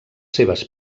seves